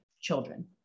children